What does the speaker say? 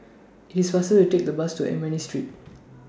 IT IS faster to Take The Bus to Ernani Street